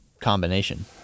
combination